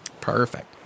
Perfect